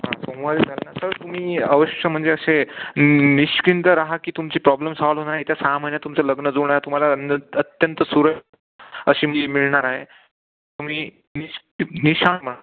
हा सोमवारी जर ना तर तुम्ही अवश्य म्हणजे असे निश्चिंत रहा की तुमची प्रॉब्लेम सॉल्व होणार येत्या सहा महिन्यात तुमचं लग्न जुळतय तुम्हाला अ अत्यंत सुरेख अशी मी मिळणार आहे तुम्ही निश निशान व्हा